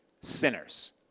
sinners